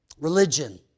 religion